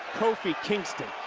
kofi kingston.